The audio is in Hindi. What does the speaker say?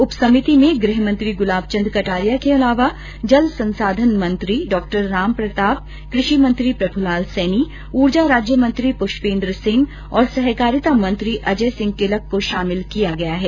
उपसमिति में गृह मंत्री गुलाब चंद कटारिया के अलावा जल संसाधन मंत्री डॉ रामप्रताप कृषि मंत्री प्रभूलाल सैनी ऊर्जा राज्य मंत्री पुष्पेन्द्र सिंह और सहकारिता मंत्री अजय सिंह किलक को शामिल किया गया है